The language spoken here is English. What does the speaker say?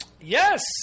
Yes